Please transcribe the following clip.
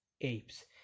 apes